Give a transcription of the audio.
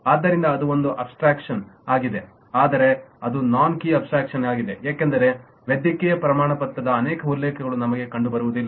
ಆದ್ದರಿಂದ ಅದು ಒಂದು ಅಬ್ಸ್ಟ್ರಾಕ್ಷನ್ ಆಗಿದೆ ಆದರೆ ಅದು ನಾನ್ ಕೀ ಅಬ್ಸ್ಟ್ರಾಕ್ಷನ್ ಯಾಗಿದೆ ಏಕೆಂದರೆ ವೈದ್ಯಕೀಯ ಪ್ರಮಾಣಪತ್ರದ ಅನೇಕ ಉಲ್ಲೇಖಗಳು ನಮಗೆ ಕಂಡುಬರುವುದಿಲ್ಲ